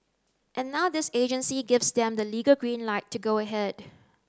and now this agency gives them the legal green light to go ahead